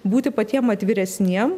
būti patiem atviresniem